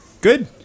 good